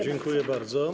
Dziękuję bardzo.